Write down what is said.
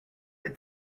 est